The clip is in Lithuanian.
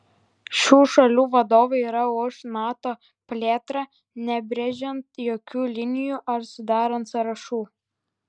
šių šalių vadovai yra už nato plėtrą nebrėžiant jokių linijų ar sudarant sąrašų